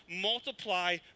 multiply